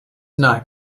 not